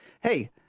Hey